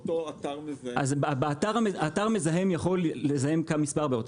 אז אתר מזהם יכול לזהם מספר בארות.